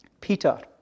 Peter